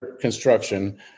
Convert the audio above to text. construction